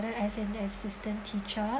as an assistant teacher